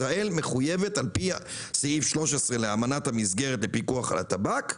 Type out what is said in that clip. לפי סעיף 13 לאמנת המסגרת לפיקוח על הטבק,